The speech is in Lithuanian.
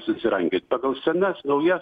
susirankiot pagal senas naujas